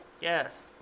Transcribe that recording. Yes